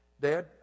Dad